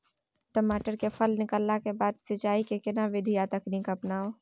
टमाटर में फल निकलला के बाद सिंचाई के केना विधी आर तकनीक अपनाऊ?